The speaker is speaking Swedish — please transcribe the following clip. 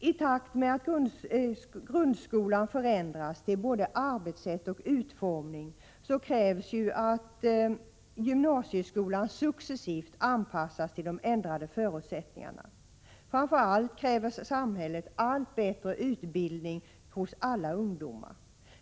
I takt med att grundskolan förändras till både arbetssätt och utformning krävs att gymnasieskolan successivt anpassas till de ändrade förutsättningarna. Framför allt kräver samhället allt bättre utbildning hos alla ungdomar.